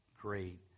great